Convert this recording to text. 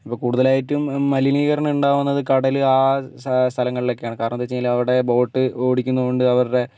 ഇപ്പോൾ കൂടുതലായിട്ടും മലിനീകരണം ഉണ്ടാവുന്നത് കടൽ ആ സ്ഥലങ്ങളിലൊക്കെയാണ് കാരണം എന്തെന്ന് വെച്ചെങ്കിൽ അവിടെ ബോട്ട് ഓടിക്കുന്നതുകൊണ്ട് അവരുടെ